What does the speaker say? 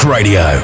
Radio